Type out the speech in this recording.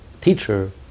teacher